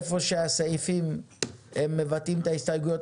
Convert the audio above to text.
איפה שהסעיפים מבטאים את ההסתייגויות,